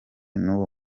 nuwo